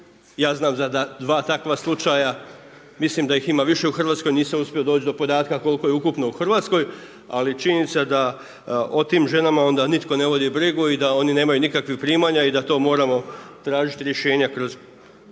Ja znam da 2 takva slučaja. Mislim da ih ima više u Hrvatskoj. Nisam uspio doći do podatka koliko je ukupno u Hrvatskoj, ali činjenica da o tim ženama onda nitko ne vodi brigu i da one nemaju nikakvih primanja i da to moramo tražiti rješenja kroz